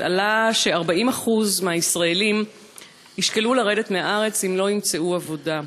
עלה ש-40% מהישראלים ישקלו לרדת מהארץ אם לא ימצאו עבודה.